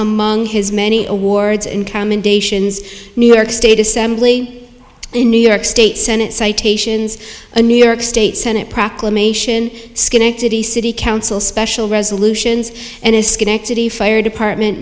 among his many awards and commendations new york state assembly in new york state senate citations a new york state senate proclamation schenectady city council special resolutions and a schenectady fire department